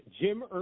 Jim